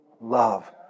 love